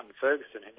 Ferguson